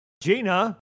Gina